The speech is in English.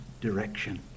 direction